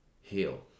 heal